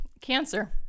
cancer